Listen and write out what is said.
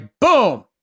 boom